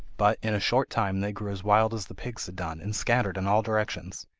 but in a short time they grew as wild as the pigs had done, and scattered in all directions.